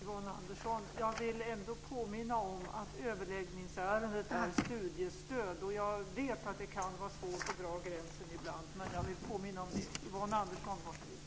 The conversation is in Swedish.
Fru talman! Jag är ledsen att behöva erkänna att vi inte har någon motion. Vi hade inte upptäckt det själva förrän det var för sent.